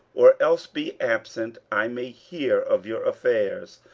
or else be absent, i may hear of your affairs,